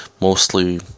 mostly